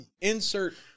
insert